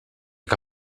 que